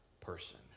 person